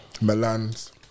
Milan's